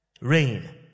Rain